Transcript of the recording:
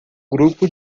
grupo